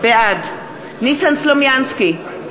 בעד ניסן סלומינסקי,